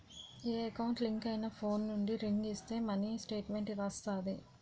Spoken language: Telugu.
ఏ ఎకౌంట్ లింక్ అయినా ఫోన్ నుండి రింగ్ ఇస్తే మినీ స్టేట్మెంట్ వస్తాది